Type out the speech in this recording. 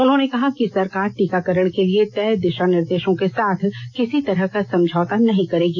उन्होंने कहा कि सरकार टीकाकरण के लिए तय दिशानिर्देशों के साथ किसी तरह का समझौता नहीं करेगी